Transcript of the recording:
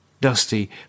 Dusty